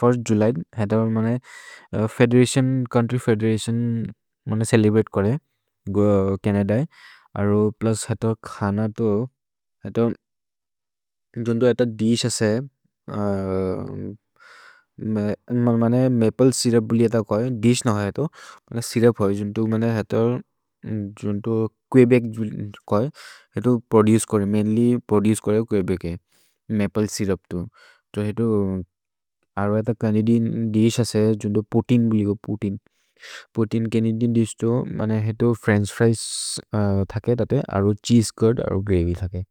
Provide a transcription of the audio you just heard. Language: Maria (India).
First July हतर् मने federation, country federation. मन्ने चेलेब्रते करे प्लुस् खन मप्ले स्य्रुप् झुन्तु चोइ। थके रहेते छेस्से चुर्द् ओर् ग्रव्य् खके।